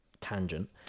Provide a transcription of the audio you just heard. tangent